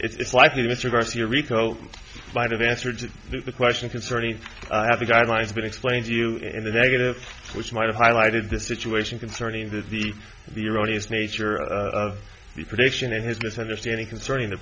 it's likely mr garcia retail might have answered the question concerning the guidelines been explained to you in the negative which might have highlighted the situation concerning that the iranians nature of the petition and his misunderstanding concerning the